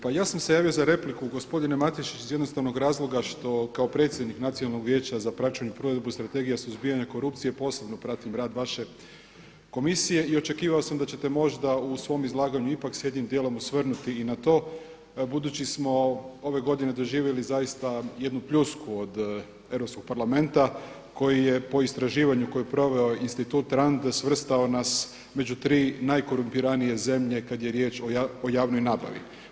Pa ja sam se javio za repliku gospodine Matešić iz jednostavnog razloga što kao predsjednik Nacionalnog vijeća za praćenje provedbe strategije suzbijanja korupcije posebno pratim rad vaše komisije i očekivao sam da ćete možda u svom izlaganju ipak se jednim dijelom osvrnuti i nato, budući smo ove godine doživjeli zaista jednu pljusku od Europskog parlamenta koji je po istraživanju koje je proveo Institut RAND svrstao nas među tri najkorumpiranije zemlje kada je riječ o javnoj nabavi.